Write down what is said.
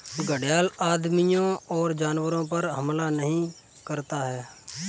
घड़ियाल आदमियों और जानवरों पर हमला नहीं करता है